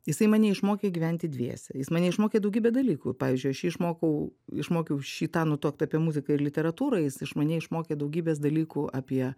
jisai mane išmokė gyventi dviese jis mane išmokė daugybę dalykų pavyzdžiui aš jį išmokau išmokiau šį tą nutuokt apie muziką ir literatūrą jis iš mane išmokė daugybės dalykų apie